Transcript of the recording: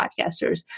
podcasters